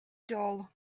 dull